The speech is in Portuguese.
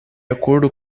acordo